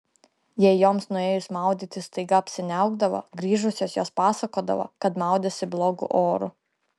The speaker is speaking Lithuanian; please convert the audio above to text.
jei joms nuėjus maudytis staiga apsiniaukdavo grįžusios jos pasakodavo kad maudėsi blogu oru